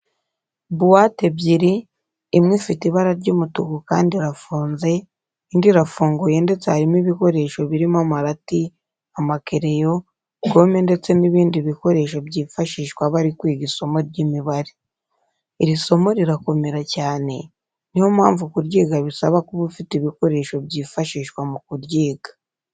Buwate ebyiri, imwe ifite ibara ry'umutuku kandi irafunze, indi irafunguye ndetse harimo ibikoresho birimo amarati, amakereyo, gome ndetse n'ibindi bikoresho byifashishwa bari kwiga isomo ry'imibare. Iri somo rirakomera cyane, niyo mpavu kuryiga bisaba kuba ufite ibikoresho byifashishwa mu kuryiga.